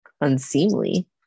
unseemly